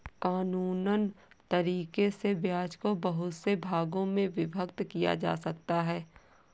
कानूनन तरीकों से ब्याज को बहुत से भागों में विभक्त किया जा सकता है